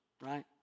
right